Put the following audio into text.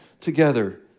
together